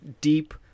deep